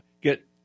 get